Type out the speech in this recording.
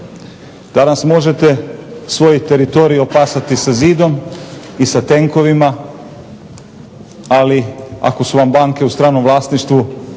Danas možete svoj teritorij opasati sa zidom i sa tenkovima, ali ako su vam banke u stranom vlasništvu